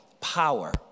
power